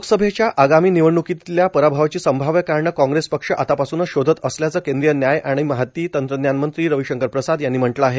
लोकसभेच्या आगामी निवडणुकीतल्या पराभवाची संभाव्य कारणं काँग्रेस पक्ष आतापासूनच शोधत असल्याचं केंद्रीय न्याय आणि माहिती तंत्रज्ञान मंत्री रविशंकर प्रसाद यांनी म्हटलं आहे